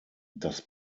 das